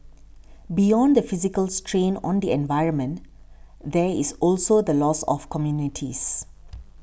beyond the physical strain on the environment there is also the loss of communities